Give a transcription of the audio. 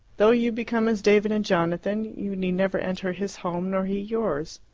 though you become as david and jonathan, you need never enter his home, nor he yours.